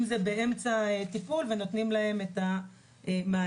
זה באמצע טיפול ונותנים להם את המענה.